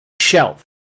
Shelf